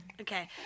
Okay